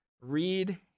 read